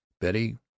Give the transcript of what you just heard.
Betty